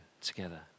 together